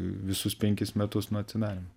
visus penkis metus nuo atsidarymo